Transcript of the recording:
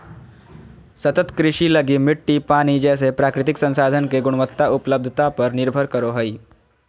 सतत कृषि लगी मिट्टी, पानी जैसे प्राकृतिक संसाधन के गुणवत्ता, उपलब्धता पर निर्भर करो हइ